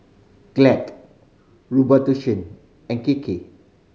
Glad Robitussin and Kiki